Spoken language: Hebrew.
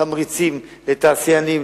תמריצים לתעשיינים,